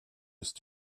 ist